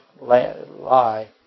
lie